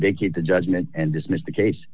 they keep the judgment and dismissed the case